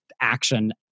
action